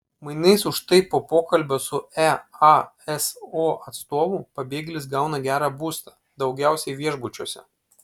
mainais už tai po pokalbio su easo atstovu pabėgėlis gauna gerą būstą daugiausiai viešbučiuose